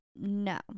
no